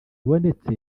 ibonetse